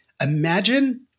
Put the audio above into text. imagine